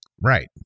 Right